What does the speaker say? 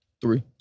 Three